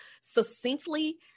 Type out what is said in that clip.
succinctly